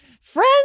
friend's